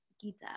Gita